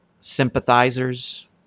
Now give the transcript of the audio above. Sympathizers